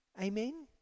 Amen